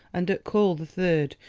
and at call the third,